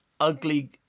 ugly